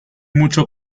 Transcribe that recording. mucho